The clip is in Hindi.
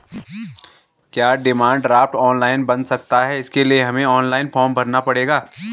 क्या डिमांड ड्राफ्ट ऑनलाइन बन सकता है इसके लिए हमें ऑनलाइन फॉर्म भरना पड़ेगा?